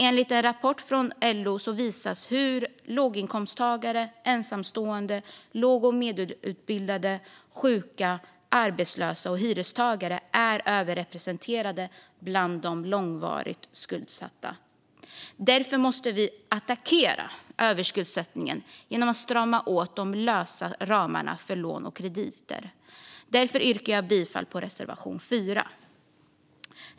En rapport från LO visar hur låginkomsttagare, ensamstående, låg och medelutbildade, sjuka, arbetslösa och hyrestagare är överrepresenterade bland de långvarigt skuldsatta. Därför måste vi attackera överskuldsättningen genom att strama åt de lösa ramarna för lån och krediter. Därför yrkar jag bifall till reservation 4.